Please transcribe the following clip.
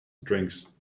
drinks